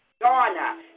Donna